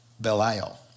Belial